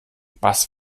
was